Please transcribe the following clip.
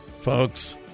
Folks